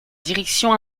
direction